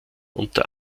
unter